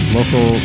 local